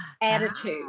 attitude